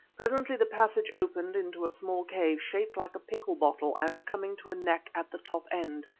presently the passage opened into a small cave, shaped like a pickle bottle, and coming to a neck at the top end.